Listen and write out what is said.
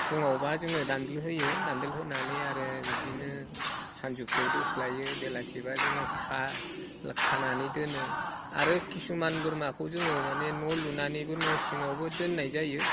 फुङावब्ला जोङो दानदोल होयो दानदोल होनानै आरो बिदिनो सानजौफुआव दोस्लायो बेलासिब्ला जोङो खानानै दोनो आरो किसुमान बोरमाखौ जोङो माने न' लुनानै न' सिङावबो दोननाय जायो